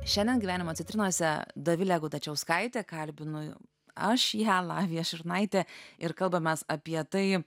šiandien gyvenimo citrinose dovilę gudačiauskaitę kalbinu aš ją lavija šurnaitė ir kalbamės apie tai